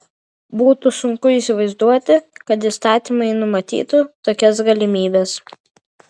būtų sunku įsivaizduoti kad įstatymai numatytų tokias galimybes